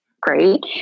great